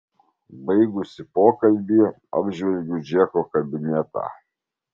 baigusi pokalbį apžvelgiu džeko kabinetą